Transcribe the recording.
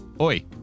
Oi